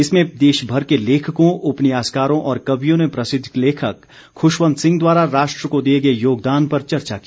इसमें देशभर के लेखकों उपन्यासकारों और कवियों ने प्रसिद्ध लेखक खुशवंत सिंह द्वारा राष्ट्र को दिए गए योगदान पर चर्चा की